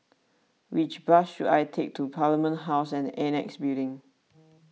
which bus should I take to Parliament House and Annexe Building